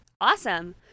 awesome